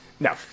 No